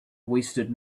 wasted